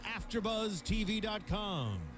AfterBuzzTV.com